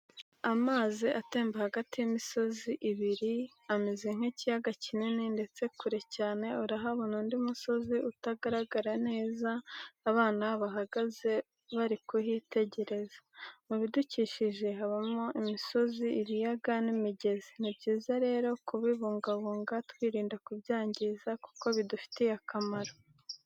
Amazi atemba hagati y'imisozi ibiri ameze nk'ikiyaaga kinini ndetse kure cyane urahabona undi musozi utagaragara neza, abana bahagaze bari kuhiitegereza . Mu bidukikije habamo imisozi ibiyaga n'imigezi ni byiza rero kubibungabunga twirinda kubyangiza kuko bidufitiye akamaro.